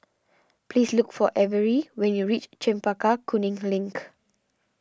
please look for Averie when you reach Chempaka Kuning Link